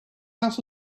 out